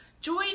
Join